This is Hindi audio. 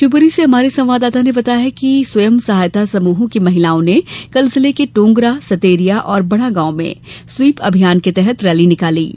शिवपुरी से हमारे संवाददाता ने बताया कि स्वयं सहायता समुहों की महिलाओं ने कल जिले के टोंगरा सतेरिया और बड़ागांव में स्वीप अभियान के तहत रैली निकाली गई